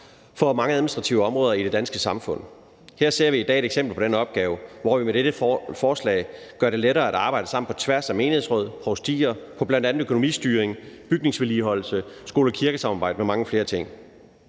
for mange administrative områder i det danske samfund. Her ser vi i dag et eksempel på den opgave, hvor vi med dette forslag gør det lettere at arbejde sammen på tværs af menighedsråd og provstier om bl.a. økonomistyring, bygningsvedligeholdelse, skole-kirke-samarbejde og mange flere ting.